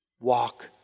Walk